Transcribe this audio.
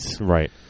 Right